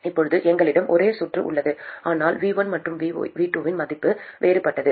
இப்போது எங்களிடம் ஒரே சுற்று உள்ளது ஆனால் V1 மற்றும் V2 இன் மதிப்பு வேறுபட்டது